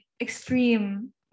extreme